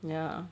ya